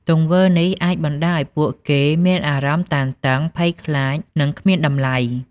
ទង្វើនេះ អាចបណ្តាលឲ្យពួកគេមានអារម្មណ៍តានតឹង ភ័យខ្លាច និងគ្មានតម្លៃ។